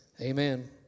Amen